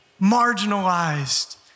marginalized